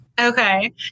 Okay